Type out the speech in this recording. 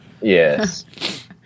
Yes